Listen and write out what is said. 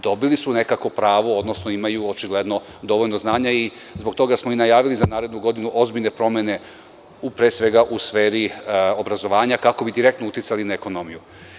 Dobili su nekako pravo, odnosno imaju očigledno dovoljno znanja i zbog toga smo i najavili za narednu godinu ozbiljne promene, pre svega, u sferi obrazovanja, kako bi direktno uticali na ekonomiju.